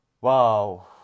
Wow